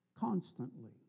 constantly